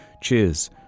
Cheers